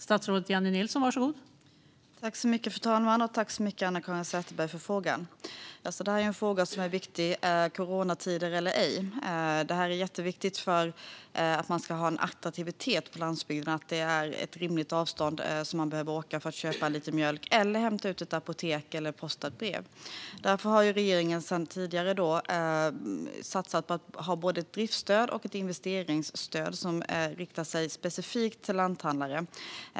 Fru talman! Jag tackar Anna-Caren Sätherberg för frågan. Detta är en fråga som är viktig oavsett om det är coronatider eller ej. För att landsbygden ska ha en attraktivitet är det jätteviktigt att det är ett rimligt avstånd till en butik för att köpa mjölk, hämta ut apoteksprodukter eller posta ett brev. Därför har regeringen sedan tidigare satsat på att ha både ett driftsstöd och ett investeringsstöd som riktar sig specifikt till lanthandlare.